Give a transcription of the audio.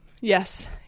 Yes